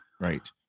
Right